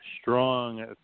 strong